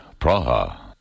Praha